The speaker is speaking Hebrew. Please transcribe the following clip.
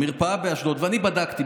אני בדקתי.